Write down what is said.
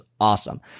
awesome